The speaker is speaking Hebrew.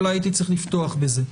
אולי הייתי צריך לפתוח בזה.